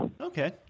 Okay